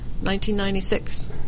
1996